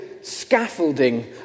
Scaffolding